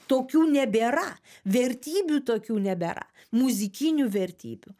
tokių nebėra vertybių tokių nebėra muzikinių vertybių